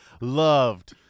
loved